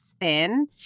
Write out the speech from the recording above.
thin